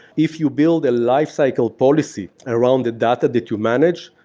if you build a lifecycle policy around the data that you manage,